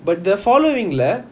but the following lah